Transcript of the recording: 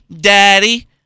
Daddy